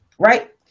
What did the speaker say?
Right